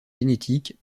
génétiques